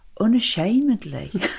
unashamedly